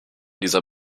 dieser